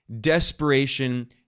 desperation